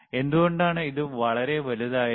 എന്തുകൊണ്ടാണ് ഇത് വളരെ വലുതായതു